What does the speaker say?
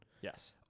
Yes